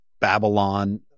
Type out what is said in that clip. Babylon